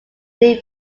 need